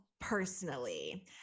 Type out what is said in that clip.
personally